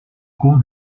kon